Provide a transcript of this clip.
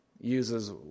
uses